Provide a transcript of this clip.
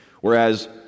Whereas